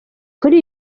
kuri